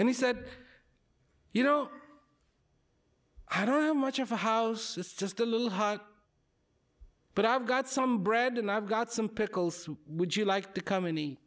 and he said you know i don't know much of a house it's just a little hard but i've got some bread and i've got some pickles who would you like to come any